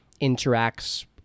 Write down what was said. interacts